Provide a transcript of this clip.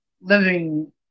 living